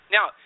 Now